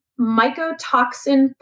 mycotoxin